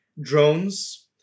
drones